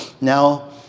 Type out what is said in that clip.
Now